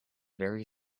very